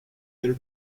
their